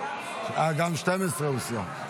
גם 12 הוסרה.